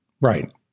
Right